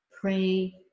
pray